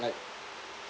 like